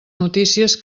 notícies